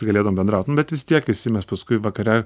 galėdavom bendraut nu bet vis tiek visi mes paskui vakare